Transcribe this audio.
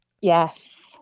yes